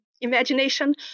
imagination